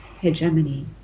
hegemony